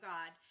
God